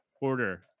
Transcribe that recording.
order